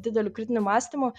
dideliu kritiniu mąstymu